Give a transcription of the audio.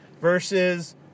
versus